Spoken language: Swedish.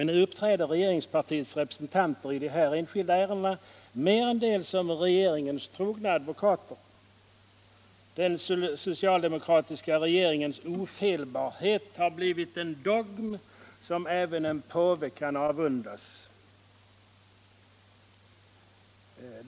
Nu uppträder regeringspartiets representanter i dessa enskilda ärenden merendels som regeringens trogna advokater. Den socialdemokratiska regeringens ofelbarhet har blivit en dogm som även en påve kan avundas.